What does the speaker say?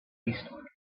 eastward